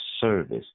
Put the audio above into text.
service